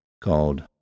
called